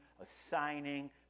assigning